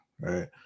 Right